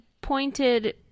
pointed